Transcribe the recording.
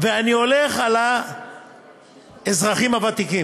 ואני הולך על האזרחים הוותיקים.